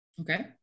Okay